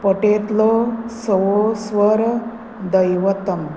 पटेतलो सं सवो स्वर दैवतम